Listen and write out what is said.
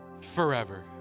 forever